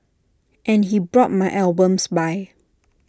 and he brought my albums by